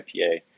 IPA